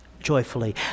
joyfully